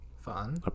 Fun